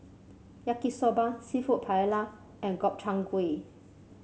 Yaki Soba seafood Paella and Gobchang Gui